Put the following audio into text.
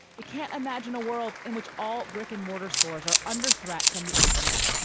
it can't imagine a world in which all brick and mortar stores are under threat from the internet,